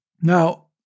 Now